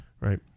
Right